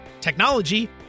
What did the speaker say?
technology